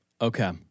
Okay